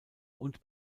und